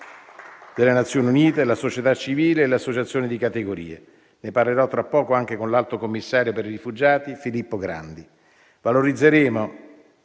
delle Nazioni Unite, la società civile e le associazioni di categoria. Ne parlerò tra poco anche con l'alto commissario per i rifugiati Filippo Grandi. Valorizzeremo